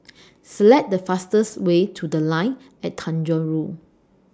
Select The fastest Way to The Line At Tanjong Rhu